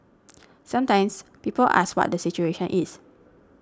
sometimes people ask what the situation is